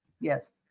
Yes